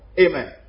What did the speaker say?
Amen